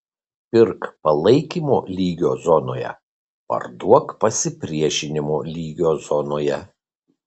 pirk palaikymo lygio zonoje parduok pasipriešinimo lygio zonoje